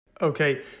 Okay